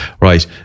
Right